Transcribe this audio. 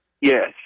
yes